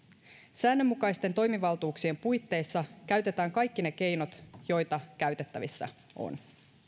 säännönmukaisten toimivaltuuksien puitteissa käytetään kaikki ne keinot joita käytettävissä on